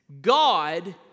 God